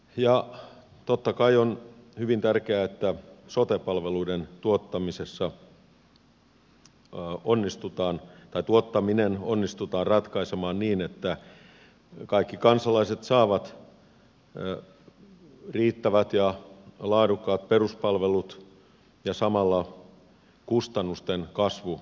totta kai on hyvin tärkeää että sote palveluiden tuottaminen onnistutaan ratkaisemaan niin että kaikki kansalaiset saavat riittävät ja laadukkaat peruspalvelut ja samalla kustannusten kasvu saadaan kuriin